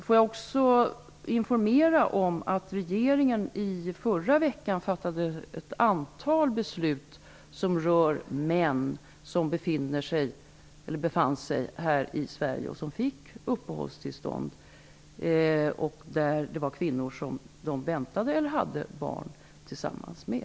Låt mig också informera om att regeringen i förra veckan fattade ett antal beslut som rör män som befann sig i Sverige och som fick uppehållstillstånd. Dessa män hade redan barn tillsammans med sina kvinnor eller väntade barn med dem.